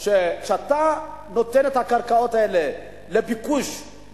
זה שאתה נותן את הקרקעות האלה לביקוש,